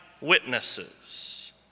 witnesses